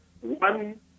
one